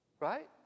right